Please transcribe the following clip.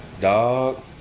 Dog